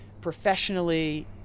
professionally